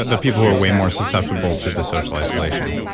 the people who are way more susceptible to the social isolation?